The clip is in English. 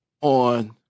on